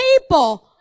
people